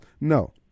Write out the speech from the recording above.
no